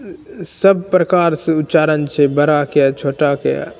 सब प्रकारसे उच्चारण छै बड़ाकेँ छोटाकेँ